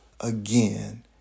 again